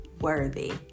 worthy